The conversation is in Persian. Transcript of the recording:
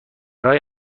برای